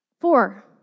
Four